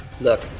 Look